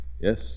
Yes